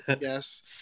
yes